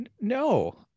No